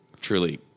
truly